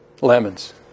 lemons